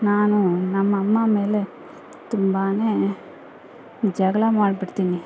ನಾನು ನಮ್ಮಮ್ಮ ಮೇಲೆ ತುಂಬನೇ ಜಗಳ ಮಾಡ್ಬಿಡ್ತೀನಿ